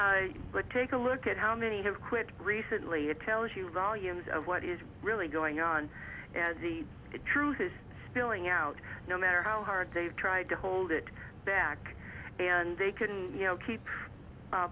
but take a look at how many have quit recently it tells you values of what is really going on and the truth is spilling out no matter how hard they try to hold it back and they can keep